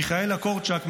מיכאלה קורצקי,